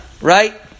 Right